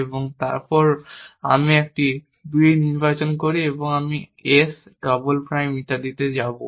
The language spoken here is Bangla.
এবং তারপর আমি একটি 2 নির্বাচন করি এবং আমি s ডবল প্রাইম ইত্যাদিতে যাব